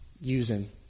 using